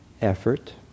effort